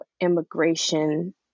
immigration